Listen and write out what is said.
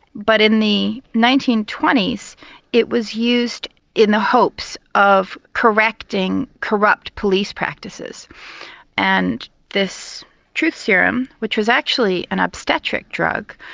but in the nineteen twenty s it was used in the hopes of correcting corrupt police practices and this truth serum, which was actually an obstetric drug,